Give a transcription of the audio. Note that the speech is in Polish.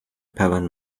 pełen